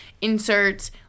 inserts